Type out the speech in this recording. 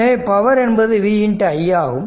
எனவே பவர் என்பது v i ஆகும்